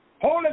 Holy